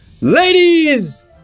Ladies